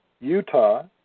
Utah